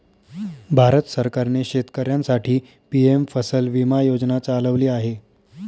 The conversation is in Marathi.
भारत सरकारने शेतकऱ्यांसाठी पी.एम फसल विमा योजना चालवली आहे